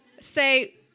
Say